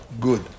good